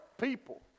people